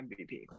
MVP